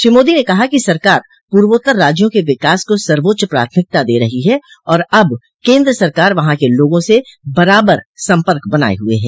श्री मोदी ने कहा कि सरकार पूर्वोत्तर राज्यों के विकास को सर्वोच्च प्राथमिकता दे रही है और अब केन्द्र सरकार वहां के लोगों से बराबर संपर्क बनाये हुए है